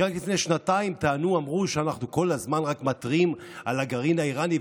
כי רק לפני שנתיים טענו שאנחנו כל הזמן רק מתריעים על הגרעין האיראני,